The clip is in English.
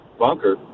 bunker